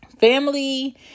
family